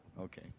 Okay